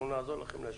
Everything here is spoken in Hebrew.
אנחנו נעזור להם.